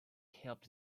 helped